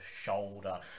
shoulder